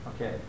okay